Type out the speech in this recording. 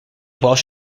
welsh